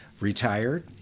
retired